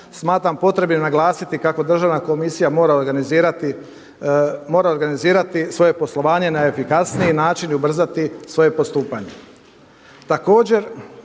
smatram potrebnim naglasiti kako Državna komisija mora organizirati svoje poslovanje na efikasniji način i ubrzati svoje postupanje.